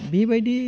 बिबायदि